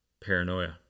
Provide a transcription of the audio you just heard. paranoia